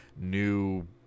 new